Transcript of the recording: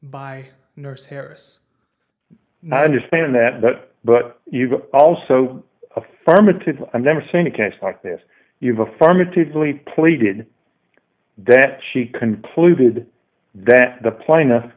by nurse harris i understand that but but you've also affirmative i've never seen a case like this you've affirmatively pleaded that she concluded that the plaintiff